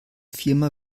firma